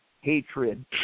hatred